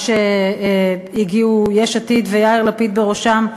מה שהגיעו אליו יש עתיד, ויאיר לפיד בראשם,